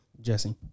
Jesse